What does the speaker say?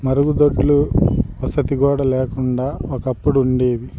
మరుగుదొడ్లు వసతి గోడ లేకుండా ఒకప్పుడు ఉండేవి